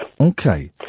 Okay